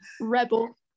Rebel